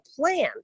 plan